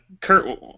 Kurt